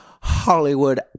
Hollywood